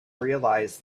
realise